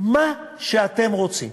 אתם צודקים.